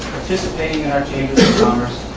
participating in our chambers of commerce,